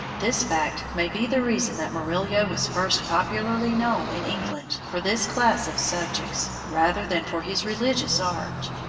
this fact may be the reason that murillo was first popularly known in england for this class of subjects, rather than for his religious art.